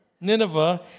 Nineveh